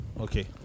Okay